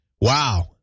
Wow